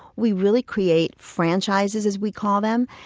we really create franchises, as we call them,